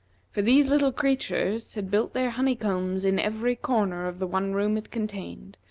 for these little creatures had built their honeycombs in every corner of the one room it contained,